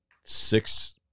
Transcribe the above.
Six